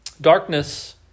Darkness